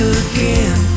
again